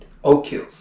O'Kills